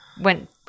went